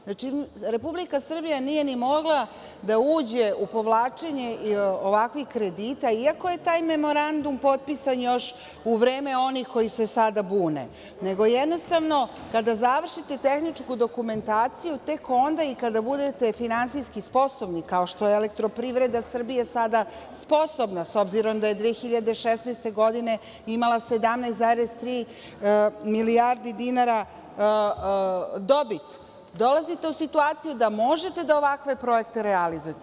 Znači, Republika Srbija nije ni mogla da uđe u povlačenje ovakvih kredita, iako je taj memorandum potpisan još u vreme onih koji se sada bune, nego jednostavno kada završite tehničku dokumentaciju tek onda, kada budete finansijski sposobni, kao što je „Elektroprivreda Srbije“ sada sposobna, s obzirom da je 2012. godine imala 17,3 milijardi dinara dobiti, dolazite u situaciju da možete da ovakve projekte realizujete.